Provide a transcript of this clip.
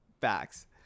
Facts